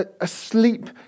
asleep